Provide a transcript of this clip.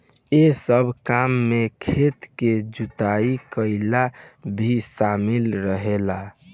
एह सब काम में खेत के जुताई कईल भी शामिल रहेला